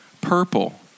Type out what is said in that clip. purple